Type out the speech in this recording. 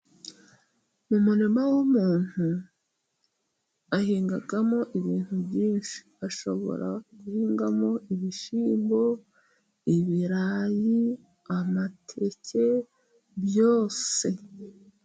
Mu murima w'umuntu ahingamo ibintu byinshi: Ashobora guhingamo ibishyimbo, ibirayi, amateke, byose byose.